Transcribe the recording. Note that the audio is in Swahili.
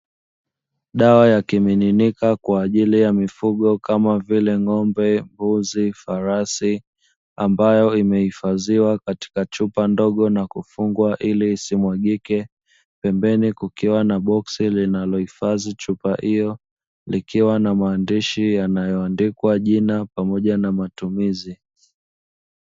Dawa ya kimiminika kwa ajili ya mifugo kama vile ng’ombe, mbuzi, farasi ambayo imehifadhiwa katika chupa ndogo na kufungwa vizuri ili isimwagike, pembeni kukiwa na boksi linalo hifadhi chupa hiyo ikiwa na maandishi yanayoandika jina pamoja na matumizi.